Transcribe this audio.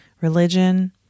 religion